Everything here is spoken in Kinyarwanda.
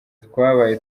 twabaye